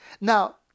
Now